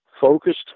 focused